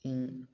ᱤᱧ